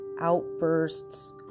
outbursts